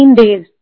days